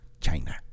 China